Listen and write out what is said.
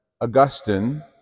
Augustine